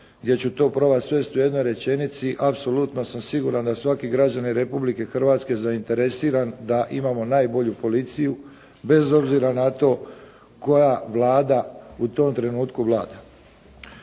gdje ću to probati svesti u jednoj rečenici, apsolutno sam siguran da svaki građanin Republike Hrvatske zainteresiran da imamo najbolju policiju bez obzira na to koja Vlada u tom trenutku Vlada.